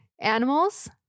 animals